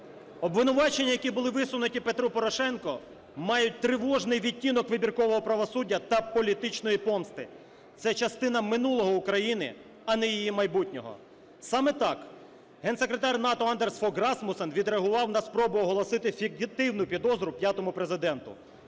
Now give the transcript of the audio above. Обвинувачення, які були висунуті Петру Порошенку, мають тривожний відтінок вибіркового правосуддя та політичної помсти, це частина минулого України, а не її майбутнього. Саме так Генсекретар НАТО Андерс Фог Расмуссен відреагував на спробу оголосити фіктивну підозру п'ятому Президенту.